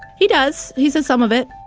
he does. he said some of it.